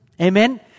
Amen